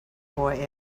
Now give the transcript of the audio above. boy